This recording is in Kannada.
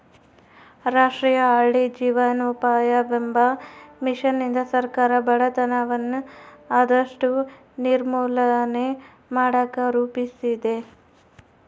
ರಾಷ್ಟ್ರೀಯ ಹಳ್ಳಿ ಜೀವನೋಪಾಯವೆಂಬ ಮಿಷನ್ನಿಂದ ಸರ್ಕಾರ ಬಡತನವನ್ನ ಆದಷ್ಟು ನಿರ್ಮೂಲನೆ ಮಾಡಕ ರೂಪಿಸಿದೆ